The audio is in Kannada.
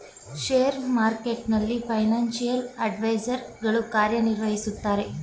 ಶೇರ್ ಮಾರ್ಕೆಟ್ನಲ್ಲಿ ಫೈನಾನ್ಸಿಯಲ್ ಅಡ್ವೈಸರ್ ಗಳು ಕಾರ್ಯ ನಿರ್ವಹಿಸುತ್ತಾರೆ